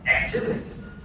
activities